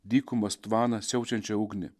dykumas tvaną siaučiančią ugnį